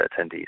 attendees